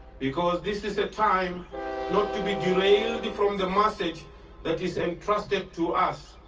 because this is a time not to be derailed from the message that is entrusted to us,